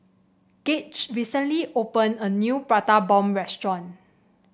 Gauge recently opened a new Prata Bomb restaurant